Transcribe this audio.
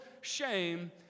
shame